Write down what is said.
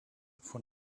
von